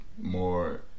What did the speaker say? more